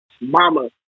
mama